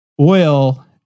Oil